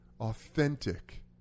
authentic